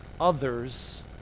others